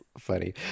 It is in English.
funny